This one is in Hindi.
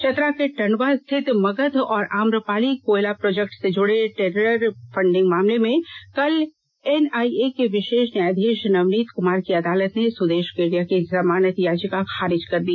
चतरा के टंडवा स्थित मगध और आम्रपाली कोयला प्रोजेक्ट से जुड़े टेरर फंडिंग मामले में कल एनआइए के विशेष न्यायाधीष नवनीत कुमार की अदालत ने सुदेश केडिया की जमानत याचिका खारिज कर दी